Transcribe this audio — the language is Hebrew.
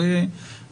אין מה לעשות,